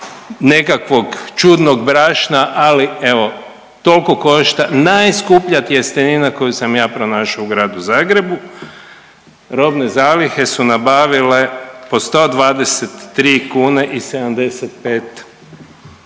nekakvog čudnog brašna, ali evo toliko košta najskuplja tjestenina koju sam ja pronašao u Gradu Zagrebu. Robne zalihe su nabavile po 123 kuna i 75 lipa.